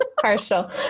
partial